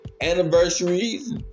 anniversaries